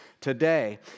today